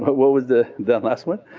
but what was the the last one?